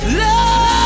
love